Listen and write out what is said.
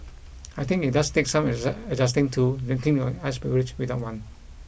I think it does take some adjusting to drinking your iced beverage without one